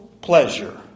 pleasure